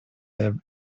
have